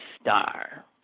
star